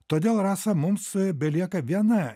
todėl rasa mums belieka viena